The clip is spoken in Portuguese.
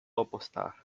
apostar